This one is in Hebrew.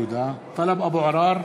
(קורא בשמות חברי הכנסת) טלב אבו עראר,